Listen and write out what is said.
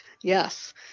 Yes